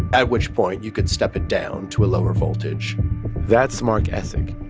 at which point you could step it down to a lower voltage that's mark essig.